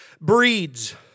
breeds